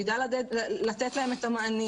שיידע לתת להם את המענים,